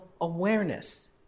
awareness